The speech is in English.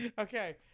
Okay